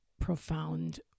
profound